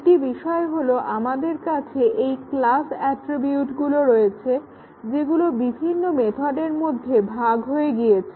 একটি বিষয় হলো যে আমাদের কাছে এই ক্লাস অ্যাট্রিবিউটগুলো রয়েছে যেগুলো বিভিন্ন মেথডের মধ্যে ভাগ হয়ে গিয়েছে